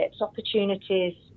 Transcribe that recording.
opportunities